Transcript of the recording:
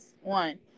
One